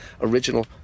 original